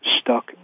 stuck